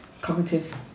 cognitive